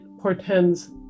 portends